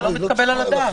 זה לא מתקבל על הדעת.